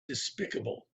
despicable